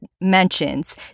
mentions